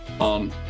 on